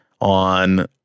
on